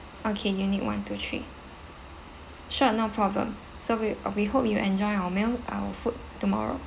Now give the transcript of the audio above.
okay unit one two three sure no problem so we uh we hope you enjoy our meal our food tomorrow